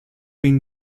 been